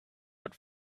but